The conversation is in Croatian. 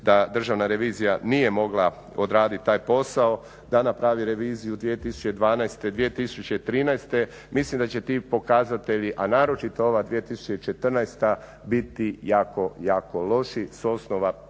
da Državna revizija nije mogla odraditi taj posao da napravi reviziju 2012./2013., mislim da će ti pokazatelji, a naročito ova 2014. biti jako, jako loši s osnova